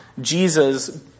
Jesus